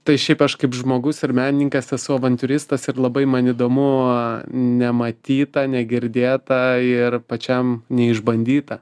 tai šiaip aš kaip žmogus ir menininkas esu avantiūristas ir labai man įdomu nematyta negirdėta ir pačiam neišbandyta